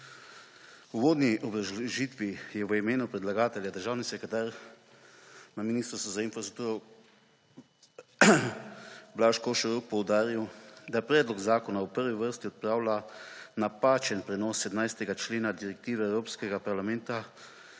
Uvodni obrazložitvi, ki je v imenu predlagatelja državni sekretar na Ministrstvu za infrastrukturo, Blaž Košorok poudaril, da predlog zakona v prvi vrsti odpravlja napačen prenos 17. člena Direktive Evropskega parlamenta